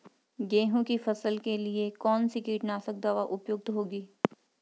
गेहूँ की फसल के लिए कौन सी कीटनाशक दवा उपयुक्त होगी?